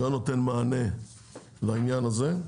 לא נותן מענה לעניין הזה.